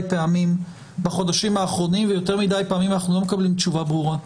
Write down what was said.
פעמים בחודשים האחרונים אנחנו לא מקבלים תשובה ברורה.